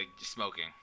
smoking